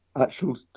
actual